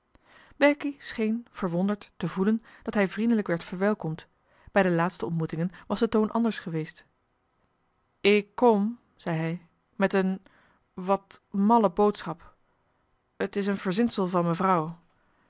scheen verwonderd te voelen dat hij vriendelijk werd verwelkomd bij de laatste ontmoetingen was de toon anders geweest ik kom zei hij met een wat malle boodschap t is een verzinsel van